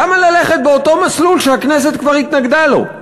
למה ללכת באותו מסלול שהכנסת כבר התנגדה לו?